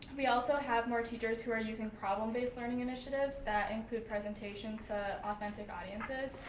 we also have more teachers who are using problem based learning initiatives that include presentations to authentic audiences.